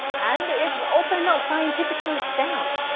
and it's also not scientifically sound.